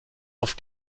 auf